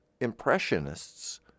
impressionists